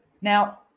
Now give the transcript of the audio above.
Now